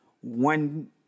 one